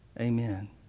Amen